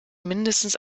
mindestens